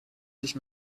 sich